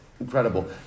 Incredible